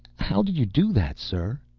how did you do that, sir?